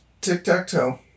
Tic-tac-toe